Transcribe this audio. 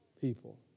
people